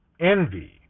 envy